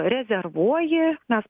rezervuoji mes